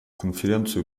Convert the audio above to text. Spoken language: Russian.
конференцию